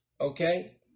okay